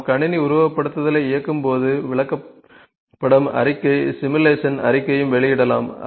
நாம் கணினி உருவகப்படுத்துதலை இயக்கும் போது விளக்கப்படம் அறிக்கை சிமுலேஷனின் அறிக்கையையும் வெளியிடலாம்